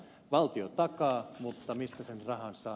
valtio takaa mutta mistä sen rahan saa